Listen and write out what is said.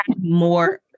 more